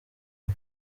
ubu